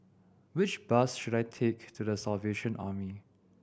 which bus should I take to The Salvation Army